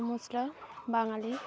ᱢᱩᱥᱞᱟᱹ ᱵᱟᱝᱟᱞᱤ